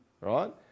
right